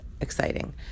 exciting